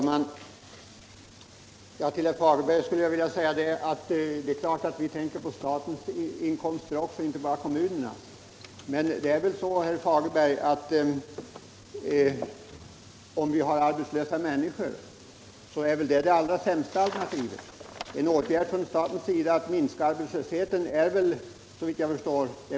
Herr talman! Det är klart att vi också tänker på statens inkomster, inte bara på kommunernas. Men det allra sämsta alternativet är väl att ha arbetslösa människor, herr Fagerlund. Såvitt jag förstår har vi också alla varit ense om att åtgärder från statens sida för att minska arbetslösheten alltid är lönsamma.